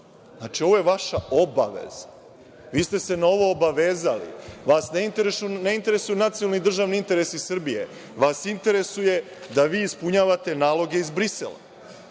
ovo je vaša obaveza. Vi ste se na ovo obavezali. Vas ne interesuje nacionalni i državni interes Srbije. Vas interesuje da vi ispunjavate naloge iz Brisela,